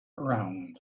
round